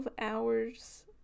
hours